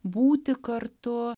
būti kartu